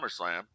SummerSlam